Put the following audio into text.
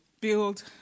build